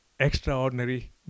extraordinary